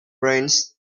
brains